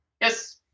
Yes